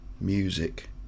music